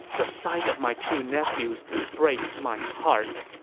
the sight of my two nephews breaks my heart!